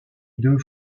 deux